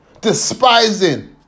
despising